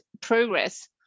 progress